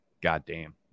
Goddamn